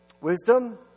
wisdom